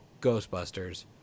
Ghostbusters